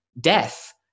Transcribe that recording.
death